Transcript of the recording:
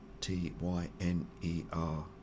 T-Y-N-E-R